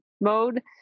mode